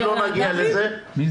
כי לא נגיע לזה.